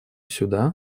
сюда